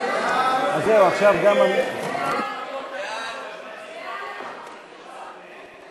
הוצאות מינהל מקרקעי ישראל,